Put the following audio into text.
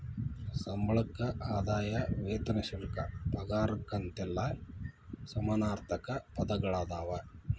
ಸಂಬಳಕ್ಕ ಆದಾಯ ವೇತನ ಶುಲ್ಕ ಪಗಾರ ಅಂತೆಲ್ಲಾ ಸಮಾನಾರ್ಥಕ ಪದಗಳದಾವ